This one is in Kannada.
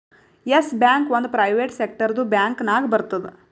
ಎಸ್ ಬ್ಯಾಂಕ್ ಒಂದ್ ಪ್ರೈವೇಟ್ ಸೆಕ್ಟರ್ದು ಬ್ಯಾಂಕ್ ನಾಗ್ ಬರ್ತುದ್